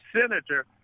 senator